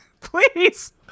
please